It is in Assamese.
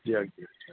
দিয়ক দিয়ক